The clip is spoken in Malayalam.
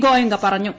ഗോയങ്ക പറഞ്ഞു